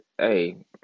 Hey